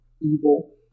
evil